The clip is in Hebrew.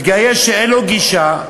מתגייס שאין לו גישה,